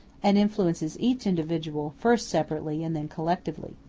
and influences each individual, first separately and then collectively.